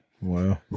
Wow